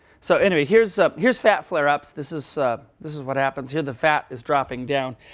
so anyway, here's ah here's fat flareups. this is this is what happens. here the fat is dropping down.